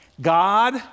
God